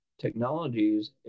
technologies